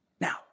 now